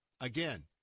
Again